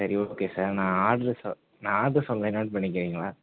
சரி okay sir நான் address சொ நான் ஆட்ரு சொல்கிறேன் நோட் பண்ணிக்கிறீங்களா